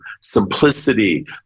simplicity